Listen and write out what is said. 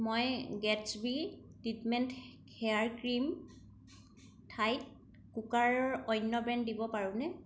মই গেট্ছবী treatment hair cream ঠাইত কুকাৰৰ অন্য ব্ৰেণ্ড দিব পাৰোঁনে